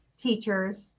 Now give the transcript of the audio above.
teachers